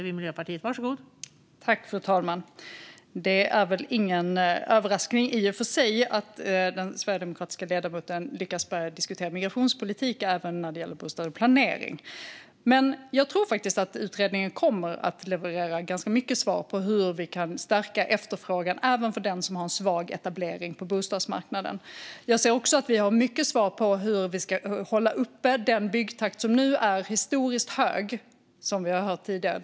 Fru talman! Det är i och för sig ingen överraskning att den sverigedemokratiske ledamoten lyckas börja diskutera migrationspolitik även när det gäller bostäder och planering. Jag tror faktiskt att utredningen kommer att leverera ganska mycket svar på hur vi kan stärka efterfrågan även för den som har en svag etablering på bostadsmarknaden. Jag ser också att vi har många svar på hur vi ska hålla uppe den byggtakt som nu är historiskt hög, som vi har hört tidigare.